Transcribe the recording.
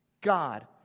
God